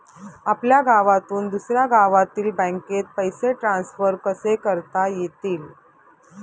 आपल्या गावातून दुसऱ्या गावातील बँकेत पैसे ट्रान्सफर कसे करता येतील?